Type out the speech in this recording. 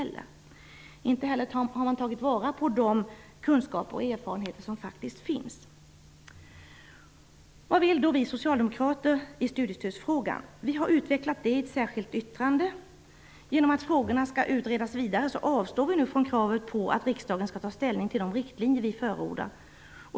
Inte heller har man tagit vara på de kunskaper och erfarenheter som faktiskt finns. Vad vill då vi socialdemokrater i studiestödsfrågan? Vi har utvecklat det i ett särskilt yttrande. I och med att frågorna skall utredas vidare avstår vi nu från kravet på att riksdagen skall ta ställning till de riktlinjer som vi förordar.